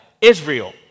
Israel